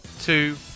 two